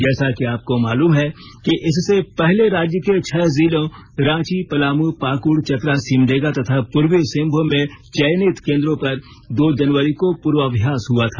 जैसा कि आपको मालूम है कि इससे पहले राज्य के छह जिलों रांची पलामू पाकुड़ चतरा सिमडेगा तथा पूर्वी सिंहभूम में चयनति केंद्रों पर दो जनवरी को पूर्वाभ्यास हुआ था